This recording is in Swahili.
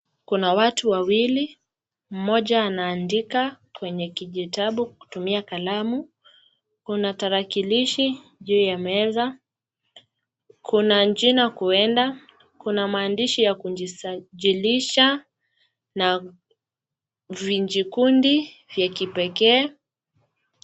Kuna watu wawili. Mmoja anaandika kwenye kijitabu kutumia kalamu, Kuna tarakilishi juu ya meza. Kuna jina kuenda. Kuna maandishi kujisajilisha na vijikundi vya kipekee.